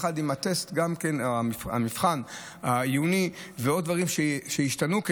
המבחן העיוני ועוד דברים השתנו,